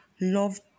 love